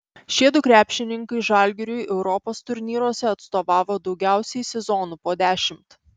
šiedu krepšininkai žalgiriui europos turnyruose atstovavo daugiausiai sezonų po dešimt